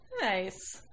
Nice